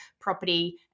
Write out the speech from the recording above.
property